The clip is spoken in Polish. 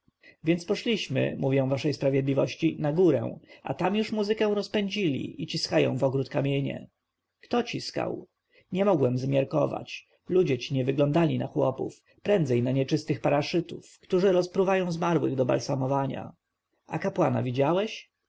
więc poszliśmy mówię waszej sprawiedliwości na górę a tam już muzykę rozpędzili i ciskają w ogród kamienie kto ciskał nie mogłem zmiarkować ludzie ci nie wyglądali na chłopów prędzej na nieczystych paraszytów którzy rozpruwają zmarłych do balsamowania a kapłana widziałeś